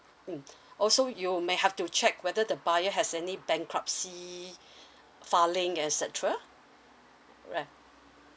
mm also you may have to check whether the buyer has any bankruptcy filing et cetera right